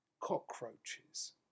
cockroaches